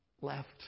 left